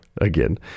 again